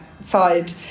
side